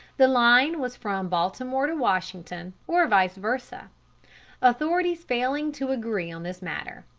the line was from baltimore to washington, or vice versa authorities failing to agree on this matter.